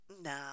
Nah